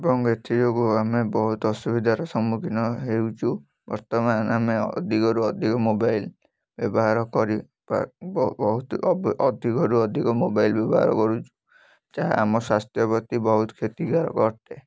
ଏବଂ ଏଥିଯୋଗୁଁ ଆମେ ବହୁତ ଅସୁବିଧାର ସମ୍ମୁଖୀନ ହେଉଛୁ ବର୍ତ୍ତମାନ ଆମେ ଅଧିକରୁ ଅଧିକ ମୋବାଇଲ୍ ବ୍ୟବହାର କରି ବା ବହୁତ ଅଧିକରୁ ଅଧିକ ମୋବାଇଲ୍ ବ୍ୟବହାର କରୁଛୁ ଯାହା ଆମ ସ୍ୱାସ୍ଥ୍ୟ ପ୍ରତି ବହୁତ କ୍ଷତିକାରକ ଅଟେ